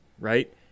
Right